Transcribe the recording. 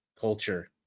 culture